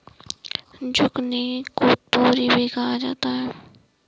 zucchini को तोरी भी कहा जाता है